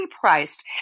priced